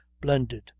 blended